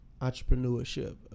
entrepreneurship